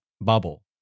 bubble